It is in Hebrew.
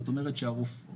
זאת אומרת שהרופא,